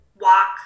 walk